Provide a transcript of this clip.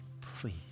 please